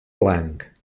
blanc